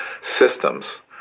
systems